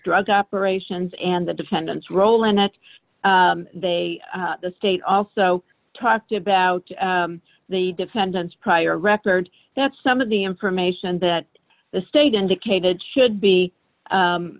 drug operations and the defendant's role in that they the state also talked about the defendant's prior record that some of the information that the state indicated should be